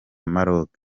maroc